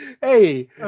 Hey